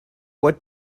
what